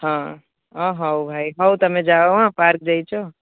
ହଁ ଅ ହଉ ଭାଇ ହଉ ତୁମେ ଯାଅ ଆଉ ପାର୍କ୍ ଯାଇଛ